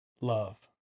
love